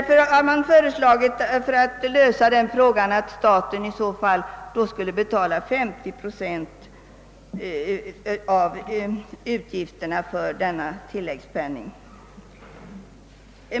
För att lösa den frågan har man föreslagit att staten skulle betala 350 procent av utgifterna för denna tilläggssjukpenning.